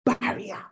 barrier